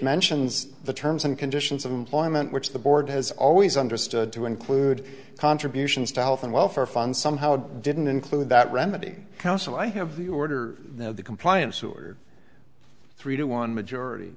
mentions the terms and conditions of employment which the board has always understood to include contributions to health and welfare fund somehow it didn't include that remedy counsel i have the order of the compliance were three to one majority